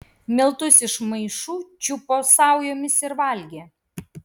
miltus iš maišų čiupo saujomis ir valgė